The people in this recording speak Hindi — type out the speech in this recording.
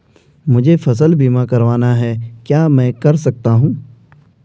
मुझे फसल बीमा करवाना है क्या मैं कर सकता हूँ?